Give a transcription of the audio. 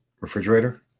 Refrigerator